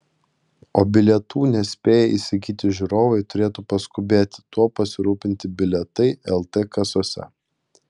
o bilietų nespėję įsigyti žiūrovai turėtų paskubėti tuo pasirūpinti bilietai lt kasose